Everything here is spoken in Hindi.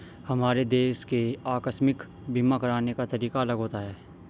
हर देश के आकस्मिक बीमा कराने का तरीका अलग होता है